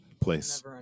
place